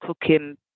cooking